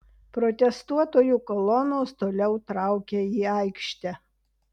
protestuotojų kolonos toliau traukia į aikštę